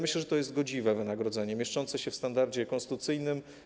Myślę, że to jest godziwe wynagrodzenie, mieszczące się w standardzie konstytucyjnym.